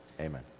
Amen